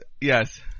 Yes